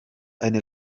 eine